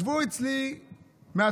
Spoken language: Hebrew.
ישבו אצלי מהצבא